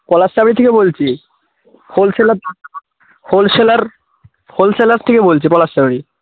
পলাশবাড়ি থেকে বলছি wholesaler wholesaler wholesaler থেকে বলছি পলাশবাড়ি